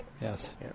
Yes